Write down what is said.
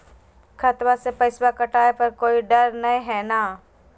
खतबा से पैसबा कटाबे पर कोइ डर नय हय ना?